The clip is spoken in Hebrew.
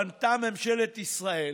פנתה ממשלת ישראל